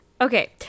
Okay